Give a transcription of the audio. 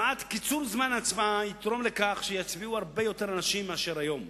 קיצור זמן ההצבעה יתרום לכך שיצביעו הרבה יותר אנשים מאשר היום,